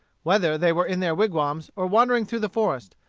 whether they were in their wigwams or wandering through the forest,